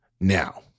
now